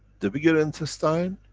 the bigger intestine,